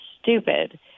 stupid